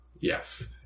yes